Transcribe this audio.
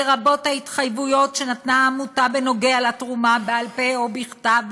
לרבות ההתחייבויות שנתנה העמותה בנוגע לתרומה בעל-פה או בכתב,